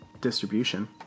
distribution